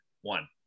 one